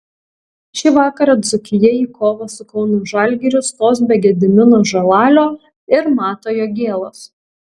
šį vakarą dzūkija į kovą su kauno žalgiriu stos be gedimino žalalio ir mato jogėlos